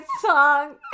song